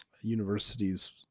universities